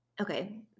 okay